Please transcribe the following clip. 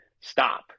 Stop